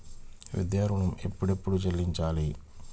విద్యా ఋణం ఎప్పుడెప్పుడు చెల్లించాలి?